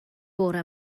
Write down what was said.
bore